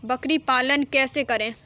बकरी पालन कैसे करें?